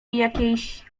jakiejś